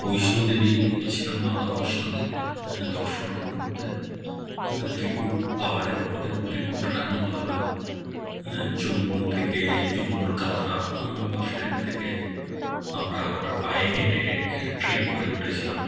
বৈষ্ণোদেবী গিয়েছিলাম মাতা বৈষ্ণোদেবী দর্শন করতে ত্রিকূট পাহাড়ের উপরে ত্রিকূট রানি বলা হয় জম্মু থেকে জম্মুর কাটরা বাস স্ট্যান্ড থেকে আমরা ওটা পায়ে হেঁটে ট্রেক করে উঠেছিলাম